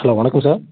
hello வணக்கம் sir